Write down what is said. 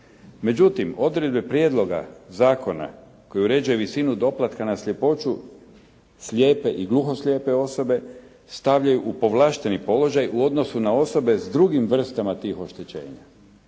Međutim, odredbe Prijedloga zakona koji uređuje visinu doplatka na sljepoću slijepe i gluho slijepe osobe stavljaju u povlašteni položaj u odnosu na osobe s drugim vrstama tih oštećenja.